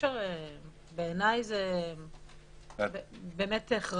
בעיני זה הכרחי.